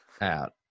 out